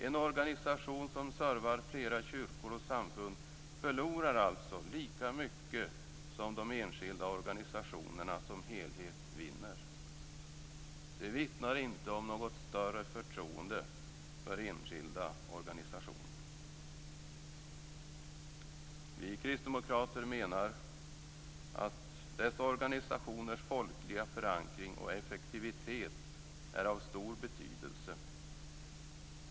En organisation som servar flera kyrkor och samfund förlorar alltså lika mycket som de enskilda organisationerna som helhet vinner. Det vittnar inte om något större förtroende för enskilda organisationer. Vi kristdemokraterna menar att dessa organisationers folkliga förankring och effektivitet är av stor betydelse.